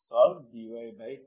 solve dydx12xy 1x22